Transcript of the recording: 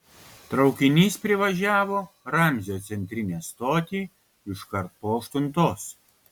traukinys privažiavo ramzio centrinę stotį iškart po aštuntos